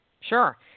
Sure